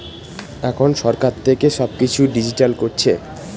এখন সরকার থেকে সব কিছু ডিজিটাল করছে